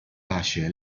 大学